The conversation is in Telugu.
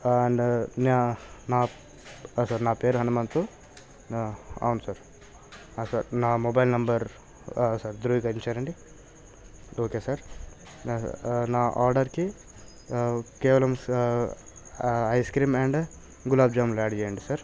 అండ్ నా నా సార్ నా పేరు హనుమంతు అవును సార్ సార్ నా మొబైల్ నెంబర్ సార్ ధ్రువీకరించారండి ఓకే సార్ నా ఆర్డర్కి కేవలం స ఐస్ క్రీమ్ అండ్ గులాబ్ జామ్లు యాడ్ చేయండి సార్